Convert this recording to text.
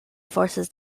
forces